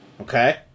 Okay